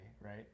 right